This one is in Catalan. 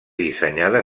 dissenyada